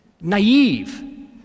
naive